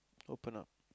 open up